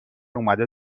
اومده